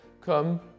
come